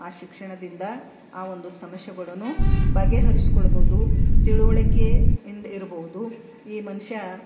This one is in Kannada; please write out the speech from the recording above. ಆ ಶಿಕ್ಷಣದಿಂದ ಆ ಒಂದು ಸಮಸ್ಯೆಗಳನ್ನು ಬಗೆಹರಿಸ್ಕೊಳ್ಬೋದು ತಿಳುವಳಿಕೆಯಿಂದ ಇರಬಹುದು ಈ ಮನುಷ್ಯ